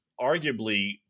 arguably